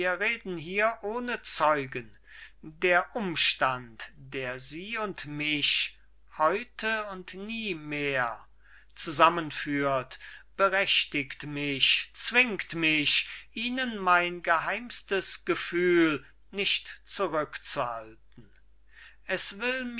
reden hier ohne zeugen der umstand der sie und mich heute und nie mehr zusammenführt berechtigt mich zwingt mich ihnen mein geheimstes gefühl nicht zurück zu halten es will